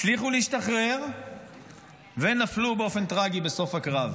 הצליחו להשתחרר ונפלו באופן טרגי בסוף הקרב.